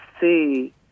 see